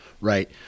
Right